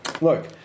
Look